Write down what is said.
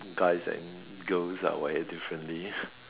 guys and girls are wired differently